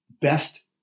best